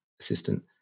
assistant